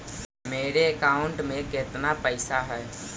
मेरे अकाउंट में केतना पैसा है?